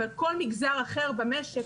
אבל כל מגזר אחר במשק,